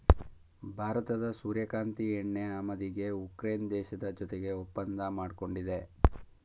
ಭಾರತದ ಸೂರ್ಯಕಾಂತಿ ಎಣ್ಣೆ ಆಮದಿಗೆ ಉಕ್ರೇನ್ ದೇಶದ ಜೊತೆಗೆ ಒಪ್ಪಂದ ಮಾಡ್ಕೊಂಡಿದೆ